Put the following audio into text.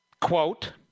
quote